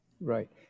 Right